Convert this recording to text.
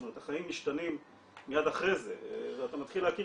החיים משתנים מיד אחרי זה ואתה מתחיל להכיר